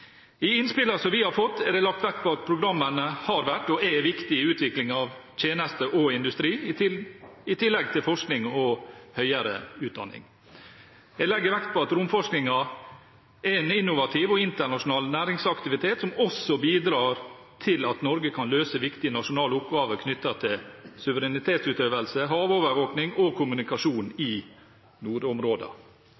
I innspillene som vi har fått, er det lagt vekt på at programmene har vært og er viktige i utviklingen av tjenester og industri, i tillegg til forskning og høyere utdanning. Jeg legger vekt på at romforskningen er en innovativ og internasjonal næringsaktivitet som også bidrar til at Norge kan løse viktige nasjonale oppgaver knyttet til suverenitetsutøvelse, havovervåkning og kommunikasjon i